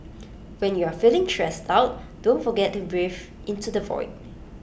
when you are feeling stressed out don't forget to breathe into the void